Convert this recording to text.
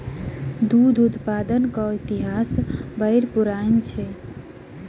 दूध उत्पादनक इतिहास बड़ पुरान अछि